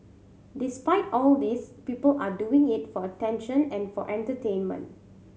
despite all these people are doing it for attention and for entertainment